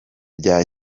bya